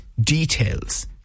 details